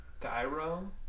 Gyro